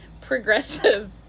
progressive